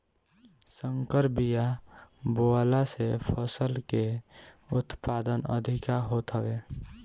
संकर बिया बोअला से फसल के उत्पादन अधिका होत हवे